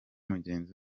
mugenzi